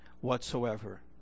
whatsoever